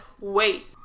wait